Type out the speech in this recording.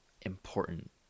important